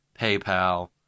PayPal